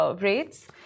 Rates